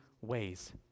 ways